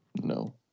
No